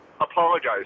apologize